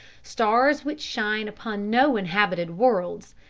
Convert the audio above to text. stars which shine upon no inhabited worlds,